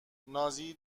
نازی